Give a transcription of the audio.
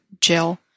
Jill